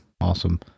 Awesome